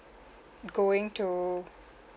going to